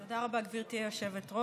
תודה רבה, גברתי היושבת-ראש.